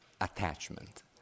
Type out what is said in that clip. attachment